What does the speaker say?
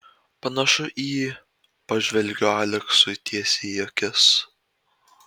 panašu į pažvelgiu aleksui tiesiai į akis